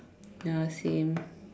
ya same